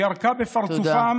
היא ירקה בפרצופם,